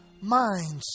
minds